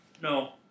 no